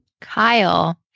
Kyle